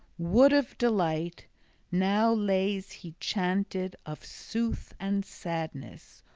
wood-of-delight now lays he chanted of sooth and sadness,